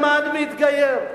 למד והתגייר,